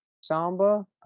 Samba